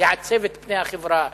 לעצב את פני החברה,